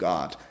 God